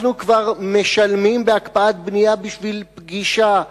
אנחנו כבר משלמים בהקפאת בנייה בשביל פגישה.